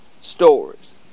stories